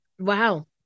Wow